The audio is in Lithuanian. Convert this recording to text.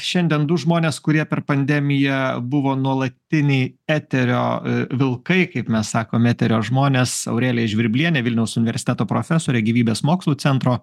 šiandien du žmonės kurie per pandemiją buvo nuolatiniai eterio vilkai kaip mes sakom eterio žmones aurelija žvirblienė vilniaus universiteto profesorė gyvybės mokslų centro